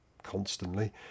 constantly